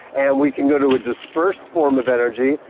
and we can go to a dispersed form of energy,